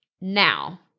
Now